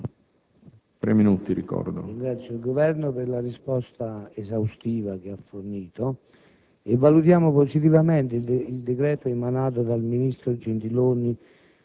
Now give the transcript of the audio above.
Ringrazio il Governo per la risposta esaustiva che ha fornito. Valutiamo positivamente il decreto emanato dal ministro Gentiloni